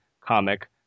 comic